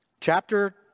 Chapter